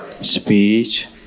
speech